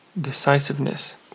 decisiveness